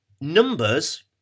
numbers